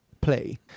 play